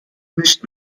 nicht